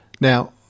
Now